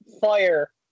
fire